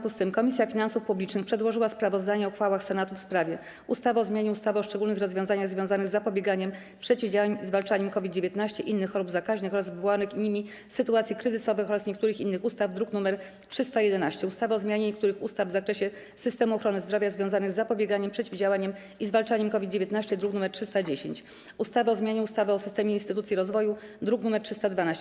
Komisja Finansów Publicznych przedłożyła sprawozdania o uchwałach Senatu w sprawie: - ustawy o zmianie ustawy o szczególnych rozwiązaniach związanych z zapobieganiem, przeciwdziałaniem i zwalczaniem COVID-19, innych chorób zakaźnych oraz wywołanych nimi sytuacji kryzysowych oraz niektórych innych ustaw, druk nr 311, - ustawy o zmianie niektórych ustaw w zakresie systemu ochrony zdrowia związanych z zapobieganiem, przeciwdziałaniem i zwalczaniem COVID-19, druk nr 310, - ustawy o zmianie ustawy o systemie instytucji rozwoju, druk nr 312.